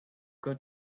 got